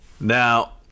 Now